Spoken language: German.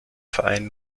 verein